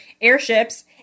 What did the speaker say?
airships